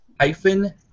hyphen